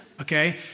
Okay